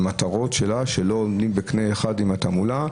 למטרות שלה שלא עולים בקנה אחד עם התעמולה,